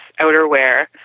outerwear